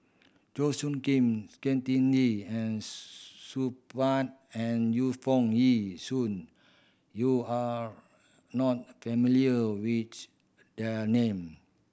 Chua Soo Khim Saktiandi and Supaat and Yu Foo Yee Shoon you are not familiar with there name